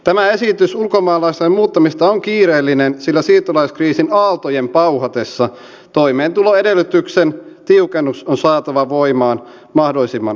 tämä esitys ulkomaalaislain muuttamisesta on kiireellinen sillä siirtolaiskriisin aaltojen pauhatessa toimeentuloedellytyksen tiukennus on saatava voimaan mahdollisimman pikaisesti